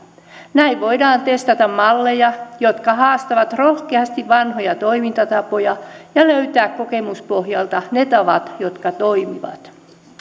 näin voidaan testata malleja jotka haastavat rohkeasti vanhoja toimintatapoja ja löytää kokemuspohjalta ne tavat jotka toimivat